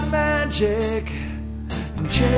magic